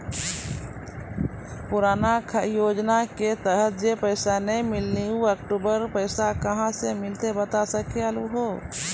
पुराना योजना के तहत जे पैसा नै मिलनी ऊ अक्टूबर पैसा कहां से मिलते बता सके आलू हो?